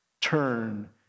turn